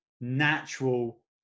natural